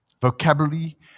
vocabulary